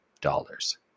dollars